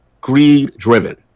greed-driven